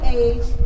age